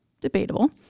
debatable